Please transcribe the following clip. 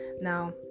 now